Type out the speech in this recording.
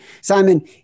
Simon